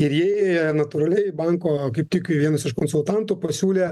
ir jie natūraliai banko tik vienas iš konsultantų pasiūlė